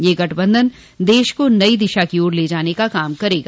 यह गठबंधन देश को नई दिशा की ओर ले जाने का काम करेगा